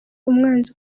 umwanzi